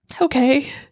Okay